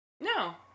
No